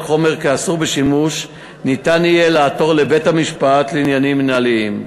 חומר כאסור בשימוש יהיה אפשר לעתור לבית-המשפט לעניינים מינהליים.